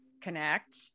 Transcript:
connect